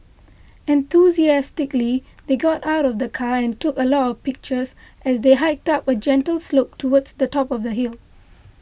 enthusiastically they got out of the car and took a lot of pictures as they hiked up a gentle slope towards the top of the hill